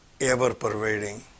ever-pervading